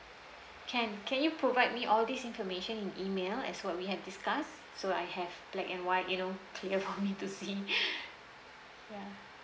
can can you provide me all this information in email as what we have discussed so I have black and white you know clear for me to see ya